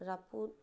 ᱨᱟᱹᱯᱩᱫ